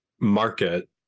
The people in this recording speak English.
market